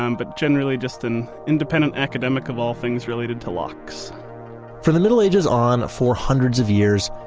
um but generally just an independent academic of all things related to locks from the middle ages on, for hundreds of years,